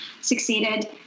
succeeded